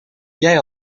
jij